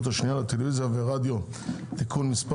השנייה לטלוויזיה ורדיו (תיקון מספר